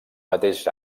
mateix